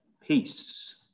peace